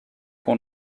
pour